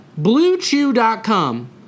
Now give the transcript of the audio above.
BlueChew.com